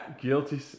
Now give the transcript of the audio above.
Guilty